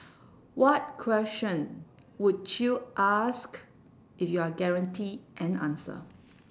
what question would you ask if you are guaranteed an answer